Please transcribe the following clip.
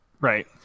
Right